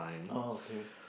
oh okay